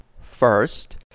First